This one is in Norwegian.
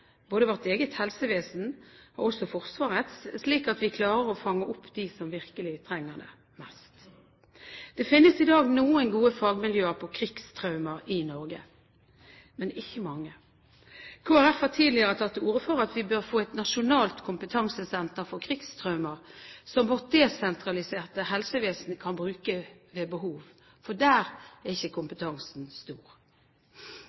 både vårt eget helsevesen og også Forsvarets, slik at vi klarer å fange opp dem som virkelig trenger det mest. Det finnes i dag noen gode fagmiljøer på krigstraumer i Norge, men ikke mange. Kristelig Folkeparti har tidligere tatt til orde for at vi bør få et nasjonalt kompetansesenter for krigstraumer som vårt desentraliserte helsevesen kan bruke ved behov, for kompetansen er ikke